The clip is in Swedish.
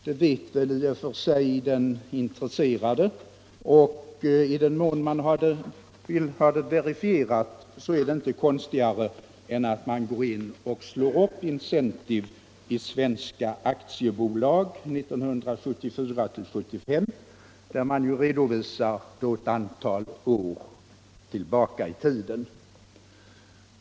Det vet väl i och för sig den intresserade, och i den mån man vill ha det verifierat är det inte konstigare än att man slår upp Incentive i Svenska aktiebolag 1974-1975, där det finns en redovisning för ett antal år tillbaka i tiden.